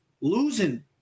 losing